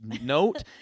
Note